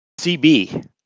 CB